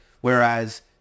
Whereas